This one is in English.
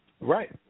Right